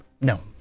No